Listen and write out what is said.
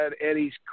Eddie's